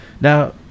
Now